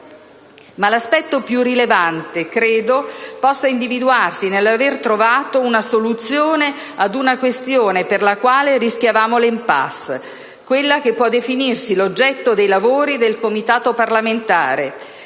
Ma l'aspetto più rilevante credo possa individuarsi nell'aver trovato una soluzione ad una questione per la quale rischiavamo *l'impasse*: quella che può definirsi l'oggetto dei lavori del Comitato parlamentare.